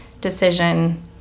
decision